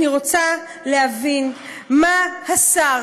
אני רוצה להבין מה השר,